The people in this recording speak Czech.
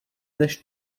než